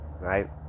right